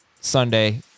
Sunday